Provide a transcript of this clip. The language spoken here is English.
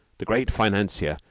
the great financier,